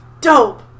Dope